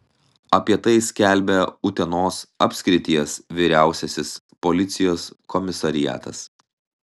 apie tai skelbia utenos apskrities vyriausiasis policijos komisariatas